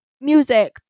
music